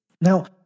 Now